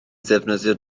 ddefnyddio